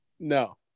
no